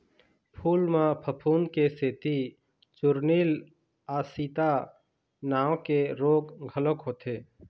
फूल म फफूंद के सेती चूर्निल आसिता नांव के रोग घलोक होथे